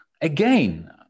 Again